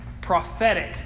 prophetic